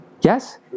Yes